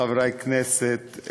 חברי הכנסת,